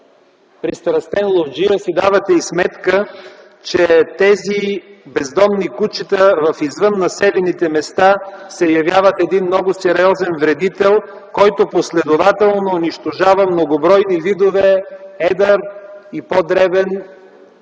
пристрастен ловджия, си давате и сметка, че тези бездомни кучета извън населените места се явяват един много сериозен вредител, който последователно унищожава многобройни видове едър и по-дребен полезен